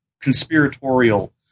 conspiratorial